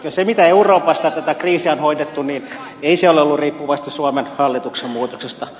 se miten euroopassa tätä kriisiä on hoidettu ei ole ollut riippuvaista suomen hallituksen muutoksesta